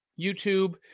YouTube